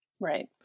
Right